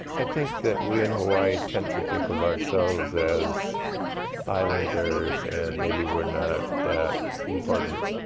i think that we in hawaii tend to think of ourselves as islanders and maybe we're not that important.